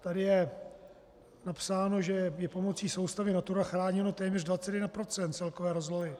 Tady je napsáno, že je pomocí soustavy Natura chráněno téměř 21 % celkové rozlohy.